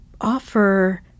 offer